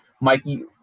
Mikey